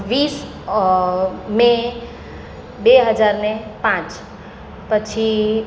વીસ મે બે હજાર ને પાંચ પછી